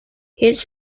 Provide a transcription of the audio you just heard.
his